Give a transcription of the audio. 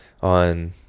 on